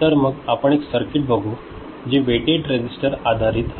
तर मग आपण एक सर्किट बघू जे वेटेड रेझिस्टरवर आधारित आहे